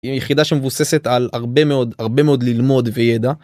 יחידה שמבוססת על הרבה מאוד, הרבה מאוד ללמוד וידע.